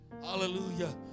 Hallelujah